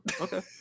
okay